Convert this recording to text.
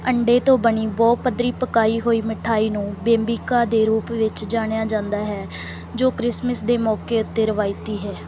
ਅੰਡੇ ਤੋਂ ਬਣੀ ਬਹੁ ਪੱਧਰੀ ਪਕਾਈ ਹੋਈ ਮਿਠਾਈ ਨੂੰ ਬੇਬਿੰਕਾ ਦੇ ਰੂਪ ਵਿੱਚ ਜਾਣਿਆ ਜਾਂਦਾ ਹੈ ਜੋ ਕ੍ਰਿਸਮਸ ਦੇ ਮੌਕੇ ਉੱਤੇ ਰਿਵਾਇਤੀ ਹੈ